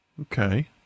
Okay